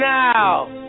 now